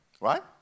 Right